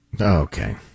Okay